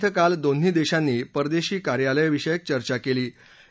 नवी दिल्ली इथं काल दोन्ही देशांनी परदेशी कार्यालय चर्चा केली